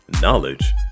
knowledge